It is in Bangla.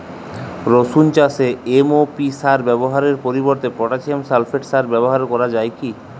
রসুন চাষে এম.ও.পি সার ব্যবহারের পরিবর্তে পটাসিয়াম সালফেট সার ব্যাবহার করা যায় কি?